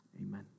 Amen